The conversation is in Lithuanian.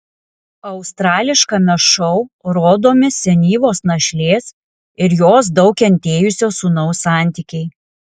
australiškame šou rodomi senyvos našlės ir jos daug kentėjusio sūnaus santykiai